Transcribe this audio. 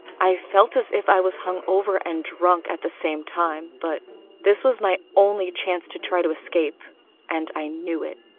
i felt as if i was hungover and drunk at the same time. but this was my only chance to try to escape and i knew it.